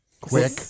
quick